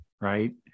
right